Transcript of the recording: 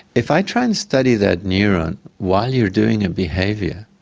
if i try and study that neuron while you are doing a behaviour,